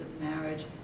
marriage